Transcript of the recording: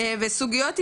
וסוגיות היסטוריות,